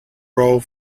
role